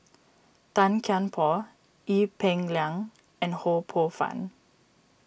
Tan Kian Por Ee Peng Liang and Ho Poh Fun